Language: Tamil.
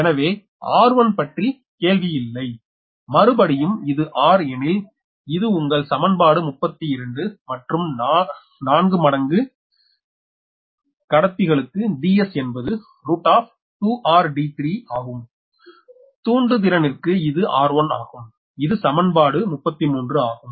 எங்கே r1 பற்றி கேள்வி இல்லை மறுபடியும் இது r எனில் இது உங்கள் சமன்பாடு 32 மற்றும் 4 நான்கு மடங்கு கடத்திகளுக்கு Ds என்பது 2rd3ஆகும் தூண்டு திறனிற்கு இது r1 ஆகும் இது சமன்பாடு 33 ஆகும்